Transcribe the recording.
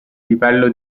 livello